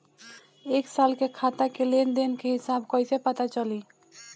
एक साल के खाता के लेन देन के हिसाब कइसे पता चली?